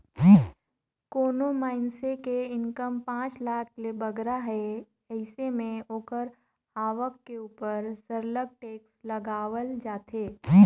कोनो मइनसे के इनकम पांच लाख ले बगरा हे अइसे में ओकर आवक के उपर सरलग टेक्स लगावल जाथे